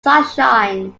sunshine